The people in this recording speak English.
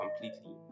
completely